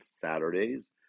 saturdays